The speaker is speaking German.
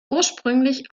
ursprünglich